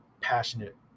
passionate